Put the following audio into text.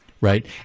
right